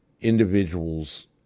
individuals